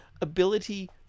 ability